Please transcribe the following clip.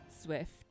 Swift